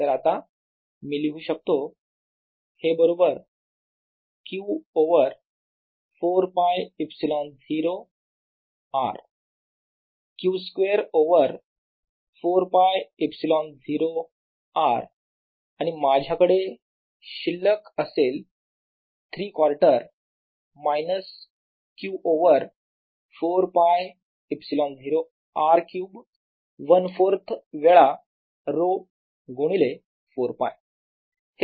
तर आता मी लिहू शकतो हे बरोबर Q over 4 π ε0 R Q square over 4 π ε0 R आणि माझ्याकडे शिल्लक असेल 3 quarter minus Q over 4 π ε0 R cube 1 4थ वेळा ρ गुणिले 4 π